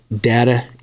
data